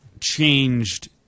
changed